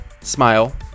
smile